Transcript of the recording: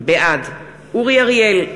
בעד אורי אריאל,